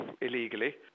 illegally